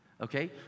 Okay